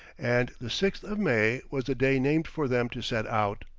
and the sixth of may was the day named for them to set out.